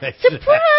Surprise